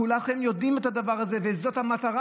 כולכם יודעים את הדבר הזה, וזאת גם המטרה,